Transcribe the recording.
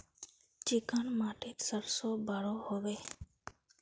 Chicken माटित सरसों बढ़ो होबे?